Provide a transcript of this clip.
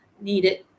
Needed